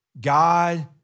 God